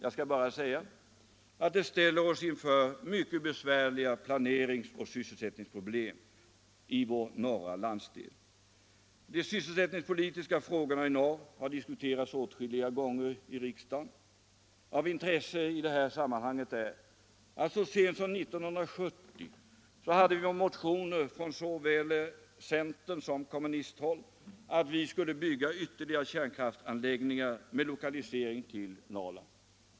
Jag skall bara säga att det ställer oss inför mycket besvärliga planeringsoch sysselsättningsproblem i vår norra landsdel. De sysselsättningspolitiska frågorna i norr har diskuterats åtskilliga gånger i riksdagen. Av intresse i det här sammanhanget är att så sent som 1970 förelåg motioner från såväl centersom kommunisthåll med hemställan om att vi skulle bygga ytterligare kärnkraftsanläggningar med lokalisering till Norrland.